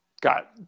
got